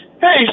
Hey